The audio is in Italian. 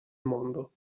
mondo